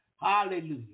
Hallelujah